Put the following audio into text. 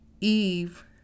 Eve